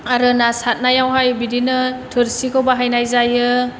आरो ना सारनायावहाय बिदिनो थोरसिखौ बाहायनाय जायो